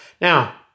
Now